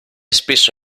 spesso